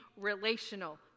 relational